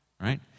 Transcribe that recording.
right